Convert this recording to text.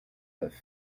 neuf